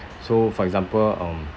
so for example um